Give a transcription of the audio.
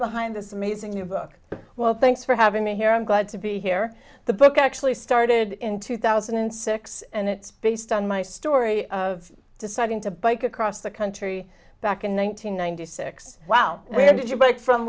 behind this amazing new book well thanks for having me here i'm glad to be here the book actually started in two thousand and six and it's based on my story of deciding to bike across the country back in one thousand nine hundred six wow where did you but from